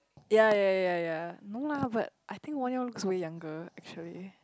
ya ya ya ya no lah but I think Won-Young looks way younger actually